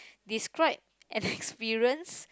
describe an experience